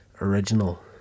original